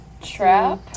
Trap